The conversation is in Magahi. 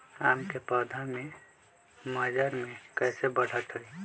आम क पौधा म मजर म कैसे बढ़त होई?